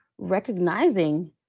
recognizing